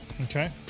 Okay